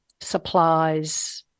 supplies